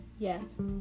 Yes